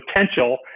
potential